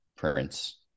Parents